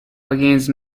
against